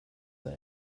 der